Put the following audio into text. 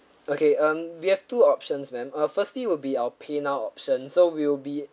okay um we have two options ma'am uh firstly will be our paynow option so we'll be